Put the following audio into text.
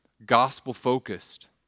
Gospel-focused